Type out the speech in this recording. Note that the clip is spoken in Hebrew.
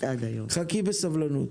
חכי בסבלנות.